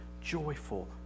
joyful